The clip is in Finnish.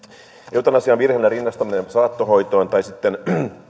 eutanasian virheellinen rinnastaminen saattohoitoon tai sitten